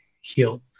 heal